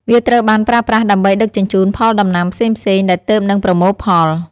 វាត្រូវបានប្រើប្រាស់ដើម្បីដឹកជញ្ជូនផលដំណាំផ្សេងៗដែលទើបនឹងប្រមូលផល។